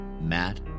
Matt